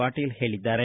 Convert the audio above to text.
ಪಾಟೀಲ್ ಹೇಳಿದ್ದಾರೆ